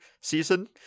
season